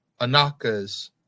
Anaka's